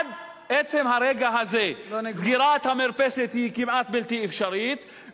עד עצם הרגע הזה סגירת מרפסת היא כמעט בלתי אפשרית,